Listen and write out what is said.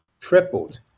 tripled